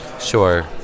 sure